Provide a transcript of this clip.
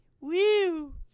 Woo